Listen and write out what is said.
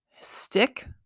stick